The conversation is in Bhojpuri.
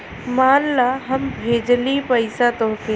मान ला हम भेजली पइसा तोह्के